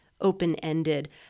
open-ended